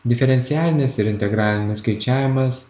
diferencialinis ir integralinis skaičiavimas